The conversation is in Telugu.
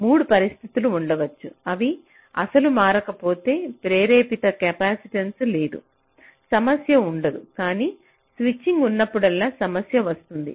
3 పరిస్థితులు ఉండవచ్చు అవి అస్సలు మారకపోతే ప్రేరేపిత కెపాసిటెన్స లేదు సమస్య ఉండదు కానీ స్విచ్చింగ్ ఉన్నప్పుడల్లా సమస్య వస్తుంది